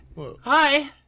Hi